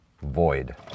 void